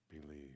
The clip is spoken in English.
believe